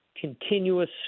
continuous